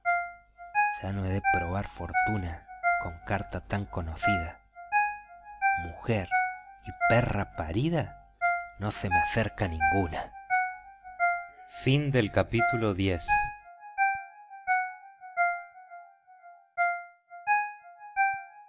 no he de probar fortuna con carta tan conocida mujer y perra parida no se me acerca ninguna